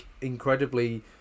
incredibly